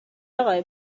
آقای